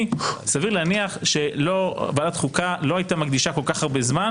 סביר להניח שוועדת חוקה לא הייתה מקדישה כל כך הרבה זמן